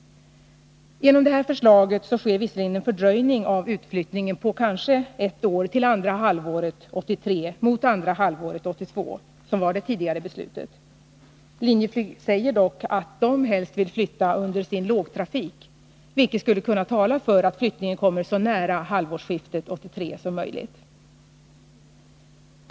Genom det här förslaget sker visserligen en fördröjning av utflyttningen på kanske ett år till andra halvåret 1983, i stället för andra halvåret 1982 enligt det tidigare beslutet. Linjeflyg säger dock att man helst vill flytta under lågtrafik, vilket skulle kunna tala för att flyttningen kommer så nära halvårsskiftet 1983 som möjligt.